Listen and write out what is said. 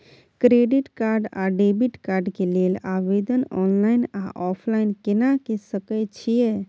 Credit card आ debit card के लेल आवेदन ऑनलाइन आ ऑफलाइन केना के सकय छियै?